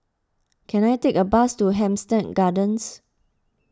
can I take a bus to Hampstead Gardens